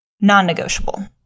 non-negotiable